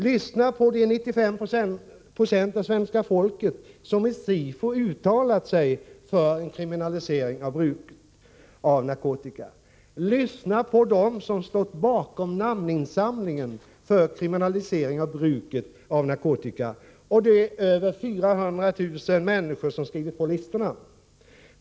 Lyssna på de 95 260 av svenska folket som i en SIFO-undersökning uttalat sig för en kriminalisering av bruket av narkotika. Lyssna på dem som stått bakom namninsamlingen för kriminalisering av bruket av narkotika och de över 400 000 människor som skrivit på listorna.